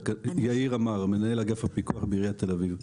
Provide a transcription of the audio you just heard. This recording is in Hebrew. יאיר אמר, מנהל אגף הפיקוח בעיריית תל אביב.